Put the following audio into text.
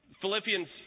Philippians